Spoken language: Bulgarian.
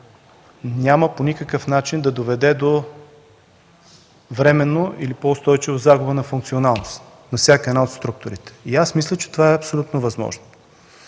начин, който няма да доведе до временна или по-устойчива загуба на функционалност на всяка една от структурите. Аз мисля, че това е абсолютно възможно.